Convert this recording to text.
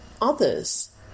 others